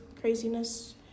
craziness